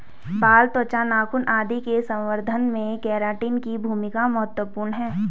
बाल, त्वचा, नाखून आदि के संवर्धन में केराटिन की भूमिका महत्त्वपूर्ण है